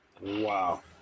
Wow